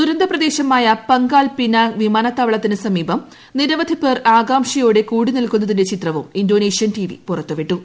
ദുരന്ത പ്രദേശമായ Pangkal Penang വിമാനത്താവളത്തിന് സമീപം നിരവധി പേർ ആകാംക്ഷയോടെ കൂടി നിൽക്കുന്നതിന്റെ ചിത്രവും ഇൻഡോനേഷ്യൻ ടി വി പുറത്തുവിട്ടു